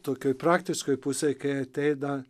tokioj praktiškoj pusėj kai ateina